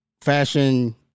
fashion